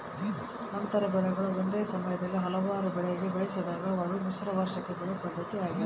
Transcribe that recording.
ಅಂತರ ಬೆಳೆಗಳು ಒಂದೇ ಸಮಯದಲ್ಲಿ ಹಲವಾರು ಬೆಳೆಗ ಬೆಳೆಸಿದಾಗ ಅದು ಮಿಶ್ರ ವಾರ್ಷಿಕ ಬೆಳೆ ಪದ್ಧತಿ ಆಗ್ಯದ